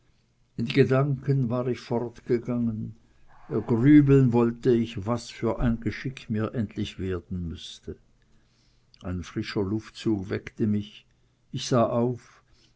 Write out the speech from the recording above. in gedanken war ich fortgegangen ergrübeln wollte ich was für ein geschick mir endlich werden würde ein frischer luftzug weckte mich ich sah auf